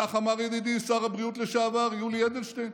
כך אמר ידידי שר הבריאות לשעבר יולי אדלשטיין.